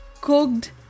cooked